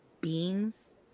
beings